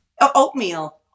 Oatmeal